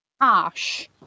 harsh